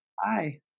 Hi